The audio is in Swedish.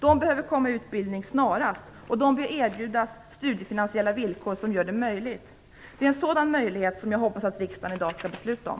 De behöver komma i utbildning snarast, och de blir erbjudna studiefinansiella villkor som gör det möjligt. Det är en sådan möjlighet som jag hoppas att riksdagen i dag skall besluta om.